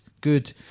good